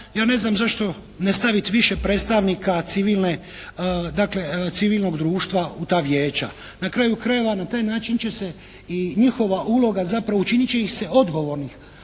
ja ne znam zašto ne staviti više predstavnika civilnog, dakle civilnog društva u ta vijeća. Na kraju krajeva na taj način će se i njihova uloga zapravo učinit će ih odgovornim.